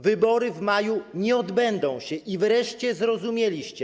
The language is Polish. Wybory w maju nie odbędą się i wreszcie to zrozumieliście.